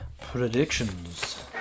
Predictions